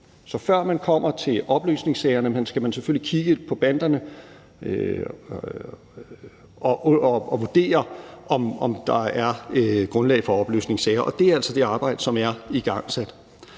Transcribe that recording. Så før man kommer til opløsningssagerne, skal man selvfølgelig kigge på banderne og vurdere, om der er grundlag for opløsningssager. Og det er altså det arbejde, som er igangsat.